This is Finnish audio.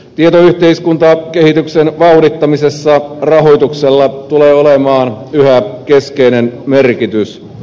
tietoyhteiskuntakehityksen vauhdittamisessa rahoituksella tulee olemaan yhä keskeinen merkitys